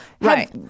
right